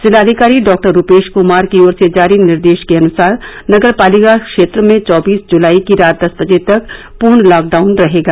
जिलाधिकारी डॉक्टर रूपेश कुमार की ओर से जारी निर्देश के अनुसार नगरपालिका क्षेत्र में चौबीस जुलाई की रात दस बजे तक पूर्ण लॉकडाउन रहेगा